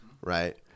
right